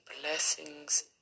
blessings